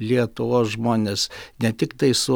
lietuvos žmones ne tiktai su